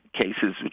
cases